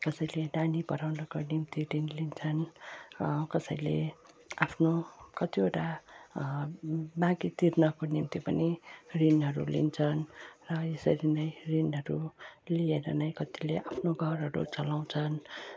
कसैले नानी पढाउनुको निम्ति ऋण लिन्छन् कसैले आफ्नो कतिवटा बाँकी तिर्नको निम्ति पनि ऋणहरू लिन्छन् र यसरी नै ऋणहरू लिएर नै कतिले आफ्नो घरहरू चलाउँछन्